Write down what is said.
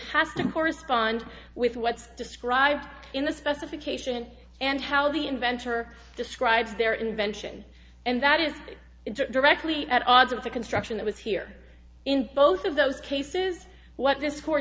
has to correspond with what's described in the specification and how the inventor describes their invention and that is directly at odds with the construction that was here in both of those cases what th